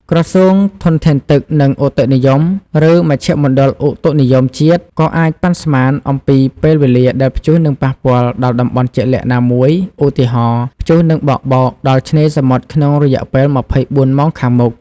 ក្រសួងធនធានទឹក និងឧតុនិយម ឬមជ្ឈមណ្ឌលឧតុនិយមជាតិ ក៏អាចប៉ាន់ស្មានអំពីពេលវេលាដែលព្យុះនឹងប៉ះពាល់ដល់តំបន់ជាក់លាក់ណាមួយ ឧទាហរណ៍ ព្យុះនឹងបក់បោកដល់ឆ្នេរសមុទ្រក្នុងរយៈពេល ២៤ ម៉ោងខាងមុខ។